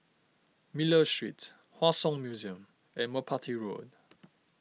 Miller Street Hua Song Museum and Merpati Road